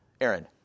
Aaron